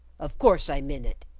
of course i min it.